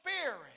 Spirit